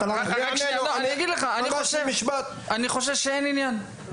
אני חושב שאין עניין.